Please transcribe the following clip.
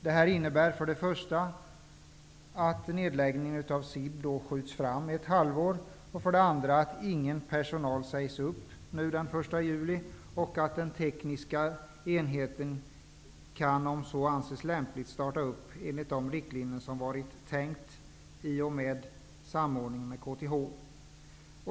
Detta innebär att nedläggningen av SIB skjuts fram ett halvår, att ingen personal sägs upp den 1 juli och att den tekniska enheten om så anses lämpligt kan starta enligt de riktlinjer som har fastställts i och med samordningen med KTH.